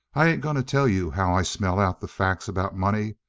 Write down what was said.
i ain't going to tell you how i smell out the facts about money.